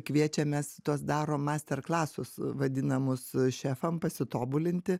kviečiamės tuos darom masterklasus vadinamus šefam pasitobulinti